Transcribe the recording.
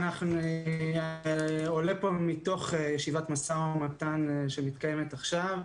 אני עולה פה מתוך ישיבת משא ומתן שמתקיימת עכשיו.